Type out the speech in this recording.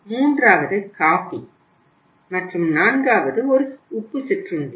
மூன்றாவது காபி மற்றும் நான்காவது ஒரு உப்பு சிற்றுண்டி